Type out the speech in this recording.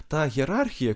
ta hierarchija